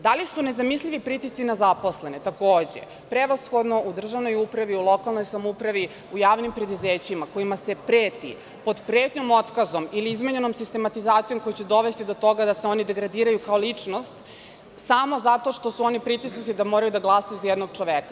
Da li su nezamislivi pritisci na zaposlene, takođe, prevashodno u državnoj upravi, lokalnoj samoupravi, u javnim preduzećima kojima se preti pod pretnjom otkazom ili izmenjenom sistematizacijom koja će dovesti do toga da se oni degradiraju kao ličnost, samo zato što su oni pritisnuti da moraju da glasaju za jednog čoveka.